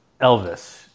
Elvis